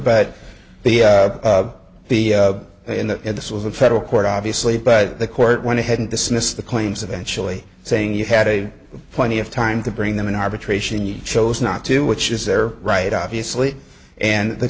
but the the and that and this was a federal court obviously but the court went ahead and dismissed the claims of eventually saying you had a plenty of time to bring them in arbitration you chose not to which is their right obviously and the